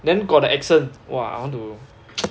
then got the accent !wah! I want to